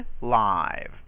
live